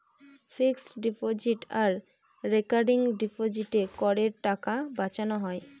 fixed deposit আর recurring ডিপোজিটে করের টাকা বাঁচানো হয়